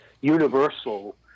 universal